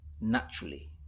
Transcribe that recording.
naturally